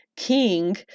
King